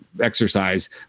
exercise